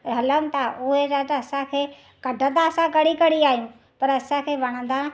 हलनि था उहे या त असांखे कढंदा असां घणी घणी आहियूं पर असांखे वणंदा